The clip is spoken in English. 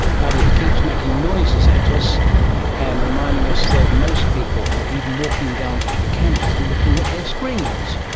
but it keeps making noises at us and reminding us that most people, even walking down through the campus, are looking at their screens.